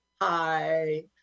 Hi